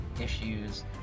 issues